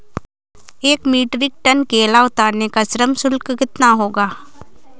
एक metric ton केला उतारने का श्रम शुल्क कितना होगा?